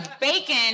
bacon